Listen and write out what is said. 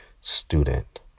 student